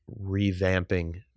revamping